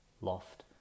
loft